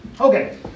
okay